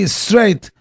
straight